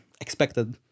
expected